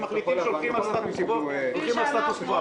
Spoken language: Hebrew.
אם מחליטים שהולכים על סטטוס קוו הולכים על סטטוס קוו.